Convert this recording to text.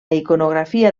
iconografia